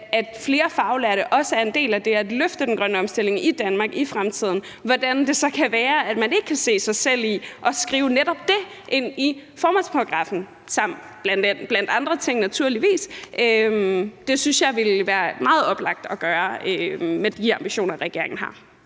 at flere faglærte også er en del af det at løfte den grønne omstilling i Danmark i fremtiden, hvordan kan det så være, at man ikke kan se sig selv i at skrive netop det ind i formålsparagraffen, blandt andre ting naturligvis? Det synes jeg ville være meget oplagt at gøre med de ambitioner, regeringen har.